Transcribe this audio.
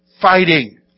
fighting